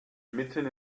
mitten